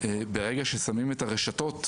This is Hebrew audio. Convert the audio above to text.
ברגע ששמים את הרשתות